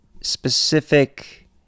specific